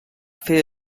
fer